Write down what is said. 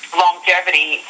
longevity